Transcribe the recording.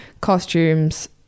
costumes